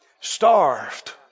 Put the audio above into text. starved